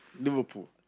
Liverpool